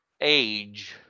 age